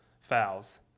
fouls